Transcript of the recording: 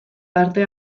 parte